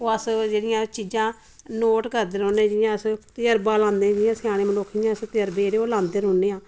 ओह् अस जेह्ड़ियां चीजां नोट करदे रौहने जियां अस तजुर्बा लान्ने जेह्ड़े स्याने मनुक्ख न अस तजुर्बे जेह्ड़े लान्ने रौहन्ने आं